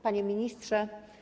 Panie Ministrze!